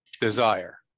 desire